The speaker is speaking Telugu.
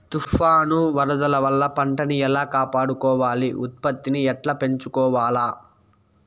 తుఫాను, వరదల వల్ల పంటలని ఎలా కాపాడుకోవాలి, ఉత్పత్తిని ఎట్లా పెంచుకోవాల?